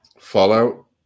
Fallout